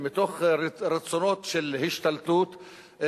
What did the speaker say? ומתוך רצונות של השתלטות,